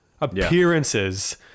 Appearances